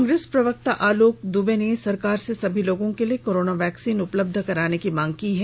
कांग्रेस प्रवक्ता आलोक दुबे ने सरकार से सभी लोगों के लिए कोरोना वैक्सीन उपलब्ध कराने की मांग की है